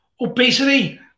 obesity